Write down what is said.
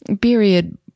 period